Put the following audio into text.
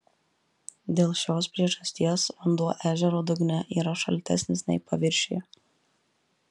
dėl šios priežasties vanduo ežero dugne yra šaltesnis nei paviršiuje